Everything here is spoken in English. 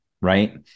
right